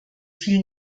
viel